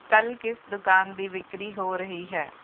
ਕੱਲ੍ਹ ਕਿਸ ਦੁਕਾਨ ਦੀ ਵਿਕਰੀ ਹੋ ਰਹੀ ਹੈ